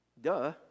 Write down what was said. Duh